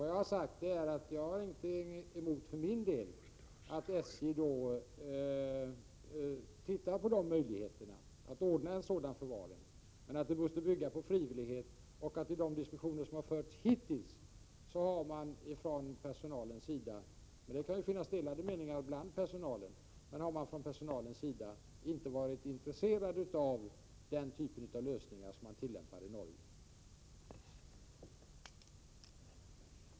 Vad jag har sagt är att jag för min del inte har någonting emot att SJ undersöker möjligheterna att ordna en sådan förvaring, men att man måste bygga på frivillighet. I de diskussioner som förts hittills har personalen — men det kan ju finnas delade meningar inom personalen — inte varit intresserad av den typ av lösningar som tillämpas i Norge.